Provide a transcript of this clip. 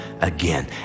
again